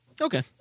Okay